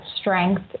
strength